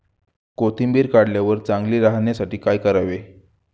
कोथिंबीर काढल्यावर चांगली राहण्यासाठी काय करावे?